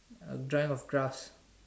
a drawing of glass